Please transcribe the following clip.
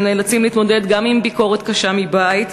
הם נאלצים להתמודד גם עם ביקורת קשה מבית,